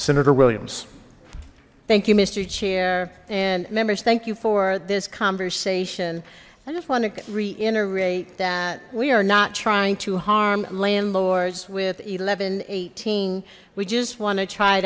senator williams thank you mister chair and members thank you for this conversation i just want to reiterate that we are not trying to harm landlords with eleven eighteen we just want to try